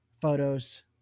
photos